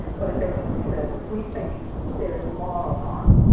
what it basically says is we think there is moral harm.